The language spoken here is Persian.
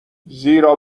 زیرا